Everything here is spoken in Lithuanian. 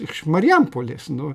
iš marijampolės nu